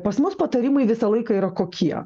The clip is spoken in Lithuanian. pas mus patarimai visą laiką yra kokie